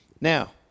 Now